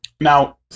Now